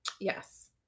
Yes